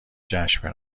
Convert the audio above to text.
جشن